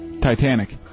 Titanic